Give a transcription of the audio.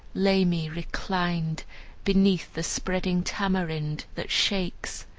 lay me reclined beneath the spreading tamarind, that shakes,